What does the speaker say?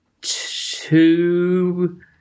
two